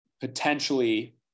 potentially